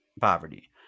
poverty